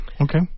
Okay